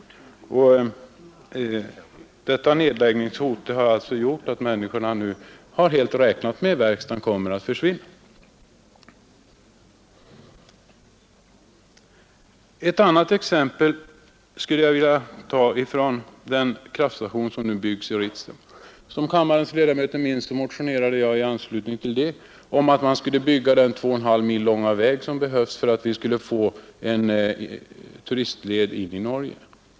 Detta nedläggningshot har gjort att människorna räknar med att verkstaden kommer att försvinna. Ett annat exempel skulle jag vilja ta från den kraftstation som nu byggs i Ritsem. Som kammarens ledamöter minns motionerade jag i anslutning till beslutet därom att man skulle bygga den två och en halv mil långa väg som behövs för att vi skall få en turistled in i Norge.